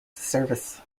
service